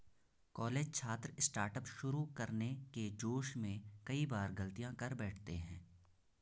college छात्र startup शुरू करने के जोश में कई बार गलतियां कर बैठते हैं